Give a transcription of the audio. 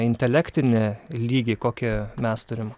intelektinį lygį kokį mes turim